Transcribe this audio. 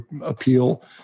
appeal